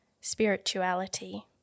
spirituality